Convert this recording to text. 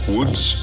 Woods